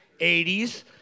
80s